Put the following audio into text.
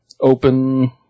open